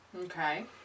Okay